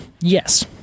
yes